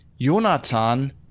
Jonathan